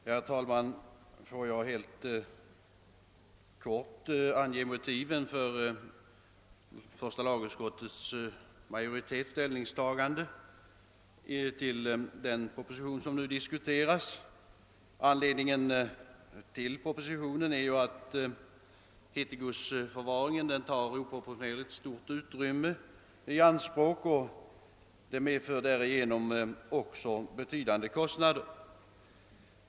Herr talman! Jag skall be att helt kort få ange motiven för första lagutskottets majoritets ställningstagande till den proposition som nu behandlas. Anledningen till propositionen är ju att hittegodsförvaringen tar oproportionerligt stora utrymmen i anspråk och medför betydande kostnader.